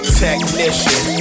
technician